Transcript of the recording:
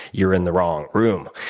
you're in the wrong room.